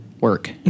work